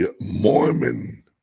Mormon